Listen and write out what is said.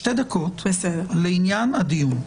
שתי דקות לעניין הדיון.